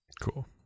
Cool